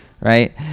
Right